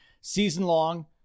Season-long